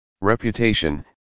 Reputation